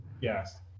yes